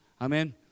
Amen